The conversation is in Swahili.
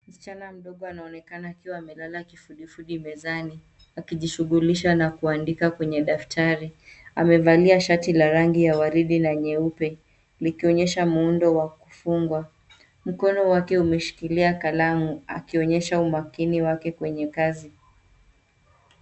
Msichana mdogo anaonekana akiwa amelala kifudifudi mezani, akijishughulisha na kuandika kwenye daftari. Amevalia shati la rangi ya waridi na nyeupe, likionyesha muundo wa kufungwa. Mkono wake umeshikilia kalamu akionyesha umakini wake kwenye kazi.